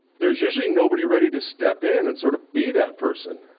there's usually nobody ready to step in and sort of be that person.